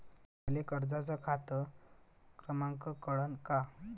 मले कर्जाचा खात क्रमांक कळन का?